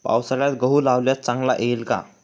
पावसाळ्यात गहू लावल्यास चांगला येईल का?